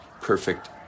perfect